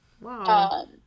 Wow